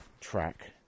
track